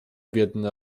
biedny